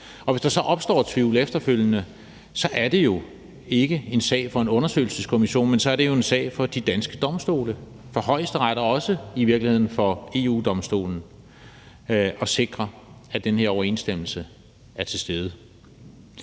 Og hvis der så opstår tvivl efterfølgende, er det jo ikke en sag for en undersøgelseskommission, men så er det en sag for de danske domstole, for Højesteret og i virkeligheden også for EU-Domstolen, at sikre, at den her overensstemmelse er til stede.